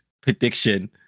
prediction